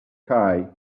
sky